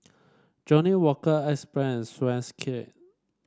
Johnnie Walker Axe Brand